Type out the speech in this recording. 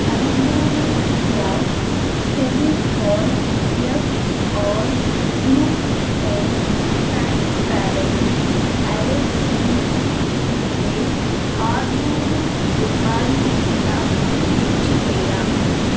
ಐನೂರು gram Fevicol M R glue pen transparent adhesive ಬೆಲೆ ಆರುನೂರು ರೂಪಾಯಿಗಿಂತ ಹೆಚ್ಚಿದೆಯೇ